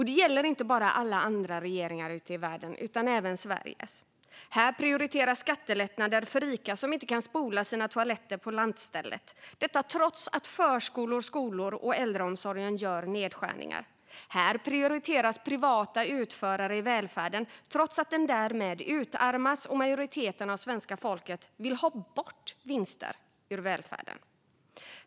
Det gäller inte bara alla andra regeringar ute i världen utan även Sveriges. Här prioriteras skattelättnader för rika som inte kan spola sina toaletter på lantstället, trots nedskärningar på förskolor, skolor och äldreomsorg. Här prioriteras privata utförare i välfärden, trots att den därmed utarmas och majoriteten av svenska folket vill ha bort vinster ur välfärden.